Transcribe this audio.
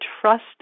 trust